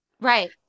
right